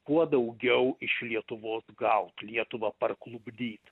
kuo daugiau iš lietuvos gaut lietuvą parklupdyti